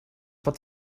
pot